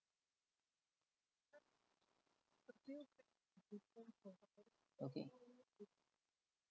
okay